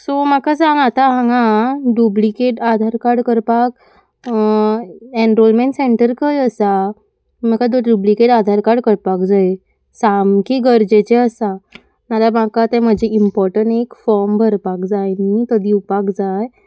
so म्हाका सांग आतां हांगा डुब्लिकेट आधार कार्ड करपाक एनरोलमेंट सेंटर खंय आसा म्हाका तो डुब्लिकेट आधार कार्ड करपाक जाय सामकें गरजेचें आसा नाल्या म्हाका तें म्हजें इमपोर्टंट एक फॉर्म भरपाक जाय न्ही तो दिवपाक जाय